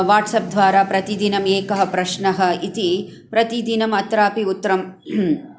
WhatsApp द्वारा प्रतिदनम् एकः प्रश्नः इति प्रतिदिनम् अत्रापि उत्तरं